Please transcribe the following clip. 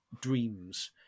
dreams